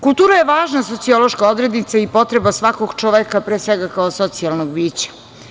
Kultura je važna sociološka odrednica i potreba svakog čoveka, pre svega, kao socijalnog bića.